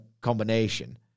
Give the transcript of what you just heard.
combination